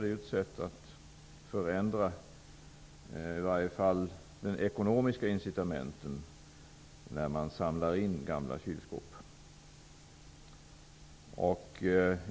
Det är ett sätt att förändra åtminstone de ekonomiska incitamenten när man samlar in gamla kylskåp.